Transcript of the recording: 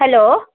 hello